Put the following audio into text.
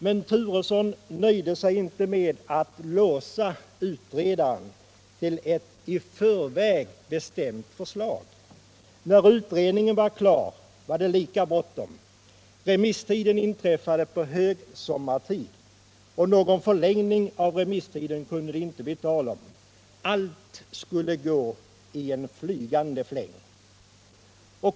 Men Turesson nöjde sig inte med att låsa utredaren till ett i förväg bestämt förslag. När utredningen var klar var det lika bråttom. Remisstiden inträffade under högsommaren, och någon förlängning 155 av remisstiden kunde det inte bli tal om. Allt skulle gå i en flygande fläng.